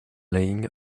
laying